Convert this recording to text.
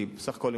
כי בסך הכול,